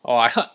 oh I heard